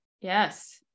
Yes